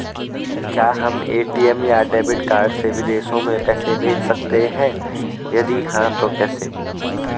क्या हम ए.टी.एम या डेबिट कार्ड से विदेशों में पैसे भेज सकते हैं यदि हाँ तो कैसे?